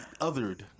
othered